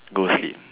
go sleep